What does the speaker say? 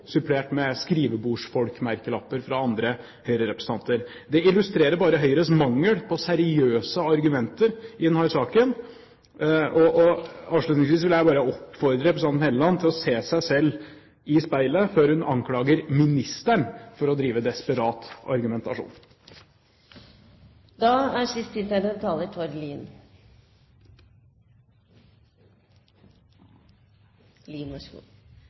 supplert med «skrivebordsfolk»-merkelapper fra andre Høyre-representanter. Det illustrerer bare Høyres mangel på seriøse argumenter i denne saken. Avslutningsvis vil jeg bare oppfordre representanten Hofstad Helleland til å se seg selv i speilet før hun anklager ministeren for å drive desperat argumentasjon. Da er siste inntegnede taler